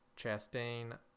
Chastain